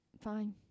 Fine